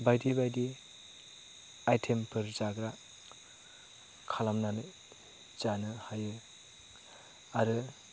बायदि बायदि आयटेमफोर जाग्रा खालामनानै जानो हायो आरो